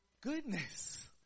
Goodness